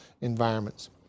environments